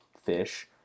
fish